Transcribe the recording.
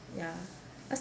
ya